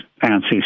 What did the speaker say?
fancy